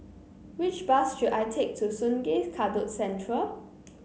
which bus should I take to Sungei Kadut Central